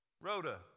Rhoda